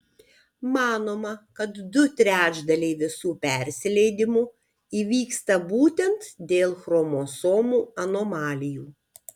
manoma kad du trečdaliai visų persileidimų įvyksta būtent dėl chromosomų anomalijų